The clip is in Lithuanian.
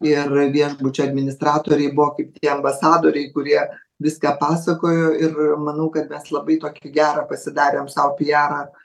ir viešbučių administratoriai buvo kaip ambasadoriai kurie viską pasakojo ir manau kad mes labai tokį gerą pasidarėm sau pijerą